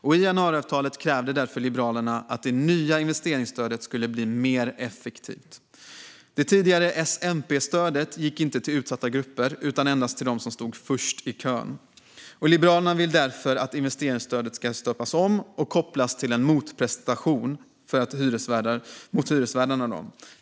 I januariavtalet krävde därför Liberalerna att det nya investeringsstödet skulle bli mer effektivt. Det tidigare S-MP-stödet gick inte till utsatta grupper utan endast till dem som stod först i kön. Liberalerna vill därför att investeringsstödet ska stöpas om och kopplas till en motprestation av hyresvärdarna.